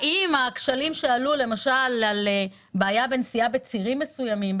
האם הכשלים שעלו למשל על נסיעה בצירים מסוימים,